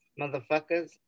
motherfuckers